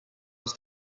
els